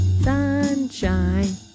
Sunshine